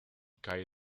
kyle